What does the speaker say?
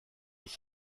ich